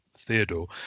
theodore